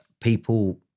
people